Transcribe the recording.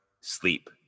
sleep